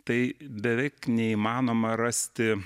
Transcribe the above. tai beveik neįmanoma rasti